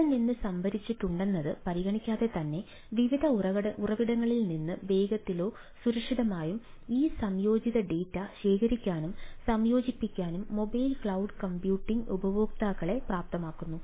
എവിടെ നിന്ന് സംഭരിച്ചിട്ടുണ്ടെന്നത് പരിഗണിക്കാതെ തന്നെ വിവിധ ഉറവിടങ്ങളിൽ നിന്ന് വേഗത്തിലും സുരക്ഷിതമായും ഈ സംയോജിത ഡാറ്റ ശേഖരിക്കാനും സംയോജിപ്പിക്കാനും മൊബൈൽ ക്ളൌഡ് കമ്പ്യൂട്ടിംഗ് ഉപയോക്താക്കളെ പ്രാപ്തമാക്കുന്നു